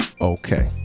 okay